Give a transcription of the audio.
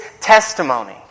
testimony